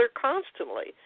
constantly